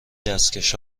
دستکش